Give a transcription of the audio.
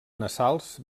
nasals